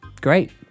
Great